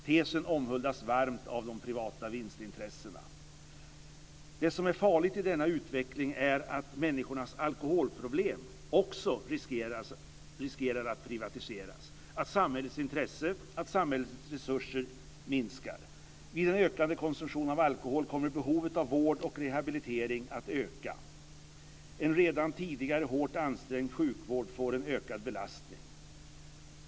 Tesen omhuldas varmt av de privata vinstintressena. Det som är farligt i denna utveckling är att människornas alkoholproblem också riskerar att privatiseras, att samhällets intresse och samhällets resurser minskar. Vid en ökande konsumtion av alkohol kommer behovet av vård och rehabilitering att öka. En redan tidigare hårt ansträngd sjukvård får en ökad belastning.